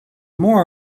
more